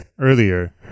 earlier